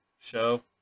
show